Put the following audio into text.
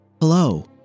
Hello